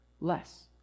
less